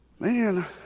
Man